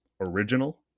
original